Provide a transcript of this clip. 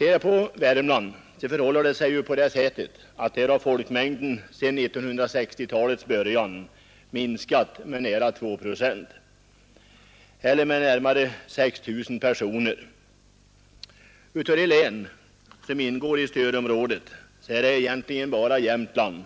I Värmland har folkmängden sedan 1960-talets början minskat med nära 2 procent eller med närmare 6 000 personer. Av de län som ingår i stödområdet är det egentligen bara Jämtland